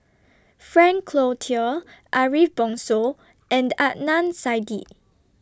Frank Cloutier Ariff Bongso and Adnan Saidi